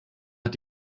hat